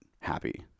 happy